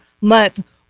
month